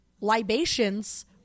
libations